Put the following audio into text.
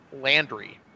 Landry